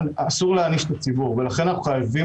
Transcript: אסור להעניש את הציבור ולכן אנחנו חייבים